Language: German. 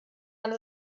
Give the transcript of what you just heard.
man